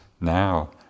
now